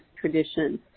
traditions